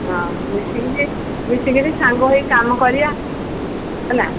ହଁ ମିଶିକିରି ମିଶିକିରି ସାଙ୍ଗ ହେଇ କାମ କରିବା ହେଲା